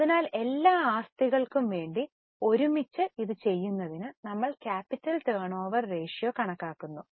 അതിനാൽ എല്ലാ ആസ്തികൾക്കും വേണ്ടി ഒരുമിച്ച് ഇത് ചെയ്യുന്നതിന് നമ്മൾ ക്യാപിറ്റൽ ടേൺഓവർ റേഷ്യോ കണക്കാക്കുന്നു